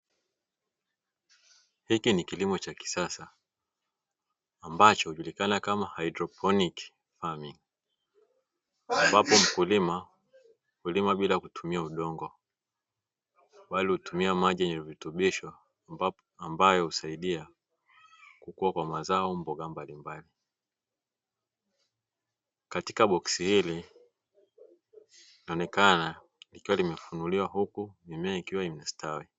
Hiki ni kilimo cha kisasa ambacho hujulikana kama haidroponiki kwasababu mkulima hulima bila kutumia udongo bali hutumia maji yenye virutubisho ambayo husaidia kukuwa kwa mazao mbalimbali. Katika boksi hili huomekana likiwa limefunuliwa huku mimea ikiwa imestawi.